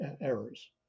errors